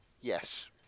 Yes